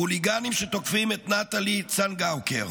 חוליגנים שתוקפים את נטלי צנגאוקר